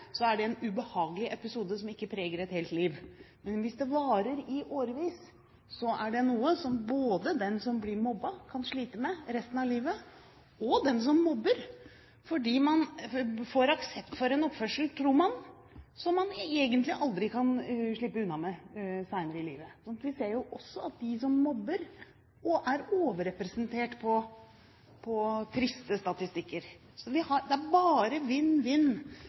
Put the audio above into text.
så er det en ubehagelig episode som ikke preger et helt liv. Men hvis det varer i årevis, er dette noe både den som blir mobbet, og den som mobber, kan slite med resten av livet. For mobberen får aksept for en oppførsel – tror man – som man egentlig aldri kan slippe unna med senere i livet. Vi ser jo også at de som mobber, er overrepresentert på triste statistikker. Så det å stoppe mobbing er bare en vinn-vinn-situasjon. Vi har